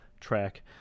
track